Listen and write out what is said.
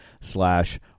slash